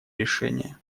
решения